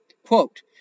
Quote